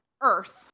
earth